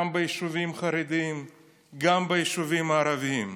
ביישובים חרדיים וגם ביישובים הערביים.